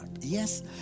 Yes